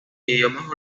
idiomas